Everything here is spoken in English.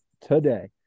today